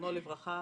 זכרונו לברכה,